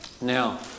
Now